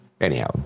Anyhow